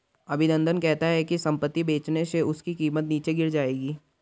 अभिनंदन कहता है कि संपत्ति बेचने से उसकी कीमत नीचे गिर जाएगी